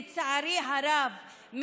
לצערי הרב,